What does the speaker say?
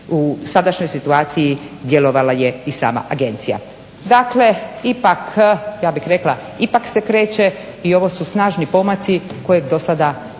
u sadašnjoj situaciji djelovala je i sama agencija. Dakle, ipak ja bih rekla ipak se kreće i ovo su snažni pomaci kojih dosada